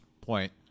point